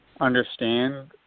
understand